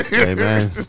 Amen